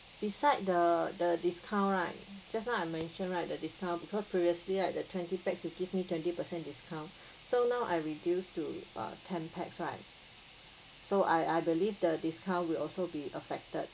beside the the discount right just now I mentioned right the discount because previously at the twenty pax you give me twenty per cent discount so now I reduced to uh ten pax right so I I believe the discount will also be affected